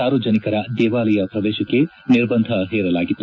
ಸಾರ್ವಜನಿಕರ ದೇವಾಲಯ ಪ್ರವೇಶಕ್ಕೆ ನಿರ್ಬಂಧ ಹೇರಲಾಗಿತ್ತು